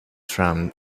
from